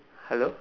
hello